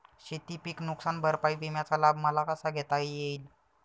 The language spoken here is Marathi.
शेतीपीक नुकसान भरपाई विम्याचा लाभ मला कसा घेता येईल?